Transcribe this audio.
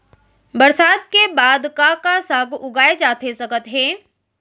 बरसात के बाद का का साग उगाए जाथे सकत हे?